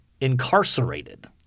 incarcerated